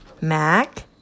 Mac